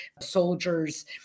soldiers